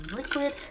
liquid